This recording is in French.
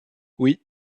oui